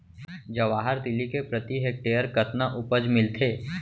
जवाहर तिलि के प्रति हेक्टेयर कतना उपज मिलथे?